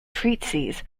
treatises